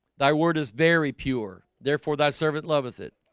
thy word is very pure therefore thy servant love with it.